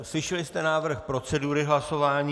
Slyšeli jste návrh procedury hlasování.